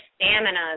stamina